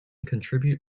contribute